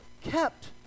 kept